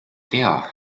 tea